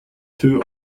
two